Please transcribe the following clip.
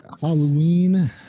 Halloween